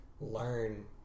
learn